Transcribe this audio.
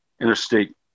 Interstate